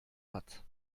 hat